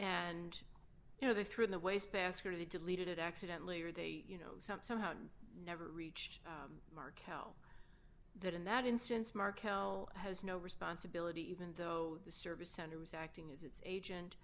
and you know they threw in the wastebasket he deleted it accidently or they you know some somehow never reached markel that in that instance markel has no responsibility even though the service center was acting as its agent